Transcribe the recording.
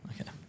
Okay